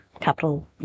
capital